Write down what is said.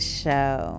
show